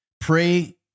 Pray